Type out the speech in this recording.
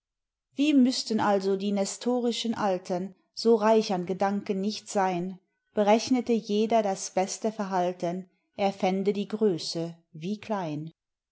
wie müssten also die nestorischen alten so reich an gedanken nicht sein berechnete jeder das beste verhalten er fände die größe wie klein